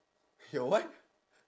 your what